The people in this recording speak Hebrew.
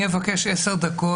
אני אבקש עשר דקות.